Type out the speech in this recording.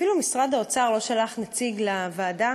אפילו משרד האוצר לא שלח נציג לוועדה,